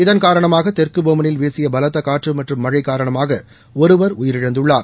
இதன் காரணமாக தெற்கு ஏமனில் வீசிய பலத்த காற்று மற்றும் மழை காரணமாக ஒருவர் உயிரிழந்துள்ளார்